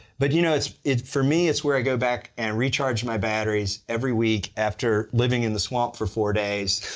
but you know it's, for me it's where i go back and recharge my batteries every week after living in the swamp for four days.